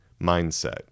mindset